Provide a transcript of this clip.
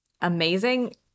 amazing